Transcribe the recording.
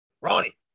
ronnie